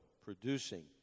producing